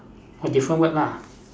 oh different word lah